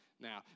now